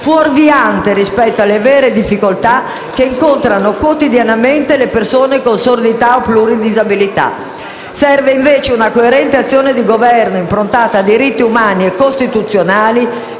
fuorviante rispetto alle vere difficoltà che quotidianamente incontrano le persone con sordità o pluridisabilità. Serve invece una coerente azione di Governo improntata a diritti umani e costituzionali